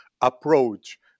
approach